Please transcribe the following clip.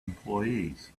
employees